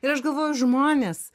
ir aš galvoju žmonės